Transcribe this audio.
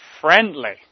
friendly